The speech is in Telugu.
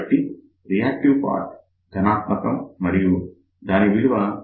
కాబట్టి రియాక్టివ్ పార్ట్ ధనాత్మకం మరియు దాని విలువ j3